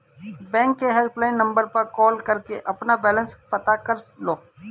bank के helpline number पर call करके अपना बैलेंस पता कर लो